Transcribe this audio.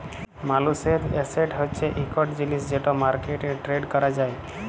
মালুসের এসেট হছে ইকট জিলিস যেট মার্কেটে টেরেড ক্যরা যায়